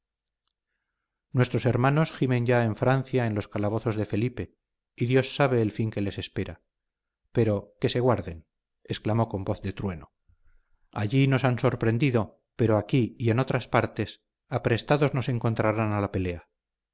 nuestros hermanos gimen ya en francia en los calabozos de felipe y dios sabe el fin que les espera pero que se guarden exclamó con voz de trueno allí nos han sorprendido pero aquí y en otras partes aprestados nos encontrarán a la pelea